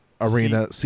arena